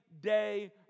day